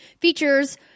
Features